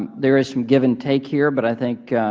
there is some give and take here, but i think